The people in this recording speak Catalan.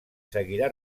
seguirà